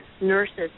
nurses